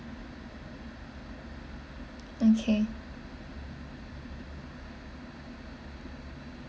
okay